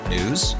News